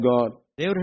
God